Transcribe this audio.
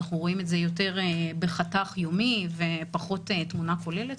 אנחנו רואים את זה בחתך יומי ופחות בתמונה כוללת,